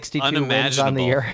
unimaginable